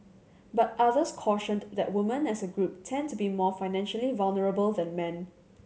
but others cautioned that woman as a group tend to be more financially vulnerable than men